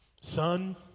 Son